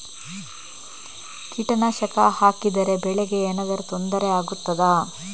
ಕೀಟನಾಶಕ ಹಾಕಿದರೆ ಬೆಳೆಗೆ ಏನಾದರೂ ತೊಂದರೆ ಆಗುತ್ತದಾ?